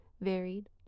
varied